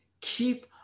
Keep